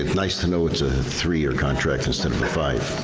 nice to know it's a three year contract instead of a five,